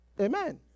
Amen